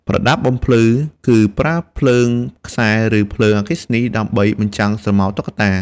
ប្រដាប់បំភ្លឺ គឺប្រើភ្លើងខ្សែ ឬភ្លើងអគ្គិសនី ដើម្បីបញ្ចាំងស្រមោលតុក្កតា។